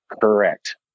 correct